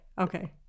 Okay